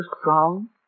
strong